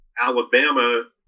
alabama